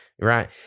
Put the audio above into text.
right